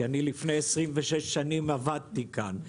כי אני לפני 26 שנים עבדתי כאן.